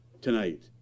tonight